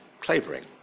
Clavering